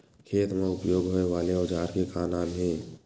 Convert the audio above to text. खेत मा उपयोग होए वाले औजार के का नाम हे?